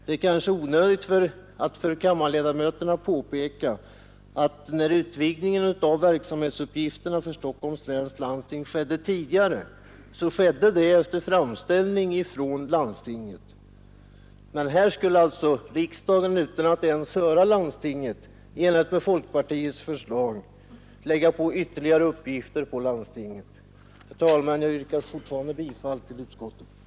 Det är kanske onödigt att påpeka för kammarledamöterna, att när utvidgningen av verksamhetsuppgifterna för Stockholms läns landsting tidigare ägde rum, skedde detta just efter framställning från landstinget. Men här skall alltså riksdagen i enlighet med folkpartiets förslag utan att ens höra landstinget lägga på detta ytterligare uppgifter. Herr talman! Jag yrkar fortfarande bifall till utskottets hemställan.